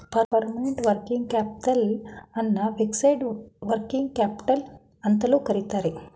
permanent working capital ಅನ್ನು fixed working capital ಅಂತಲೂ ಕರಿತರೆ